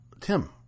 Tim